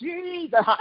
Jesus